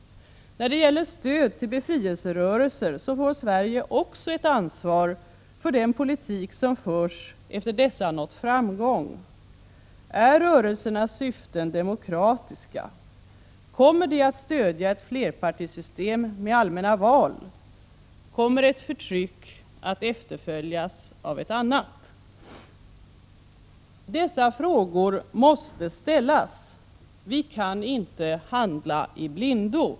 När det gäller stöd till befrielserörelser har Sverige också ett ansvar för den politik som förs efter det att dessa nått framgång. Är rörelsernas syften demokratiska, kommer de att stödja ett flerpartisystem med allmänna val, kommer ett förtryck att efterföljas av ett annat? Dessa frågor måste ställas. Vi kan inte handla i blindo.